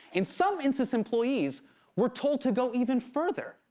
and some insys employees were told to go even further.